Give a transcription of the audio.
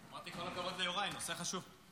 אמרתי כל הכבוד ליוראי, נושא חשוב.